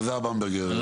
אלעזר במברגר,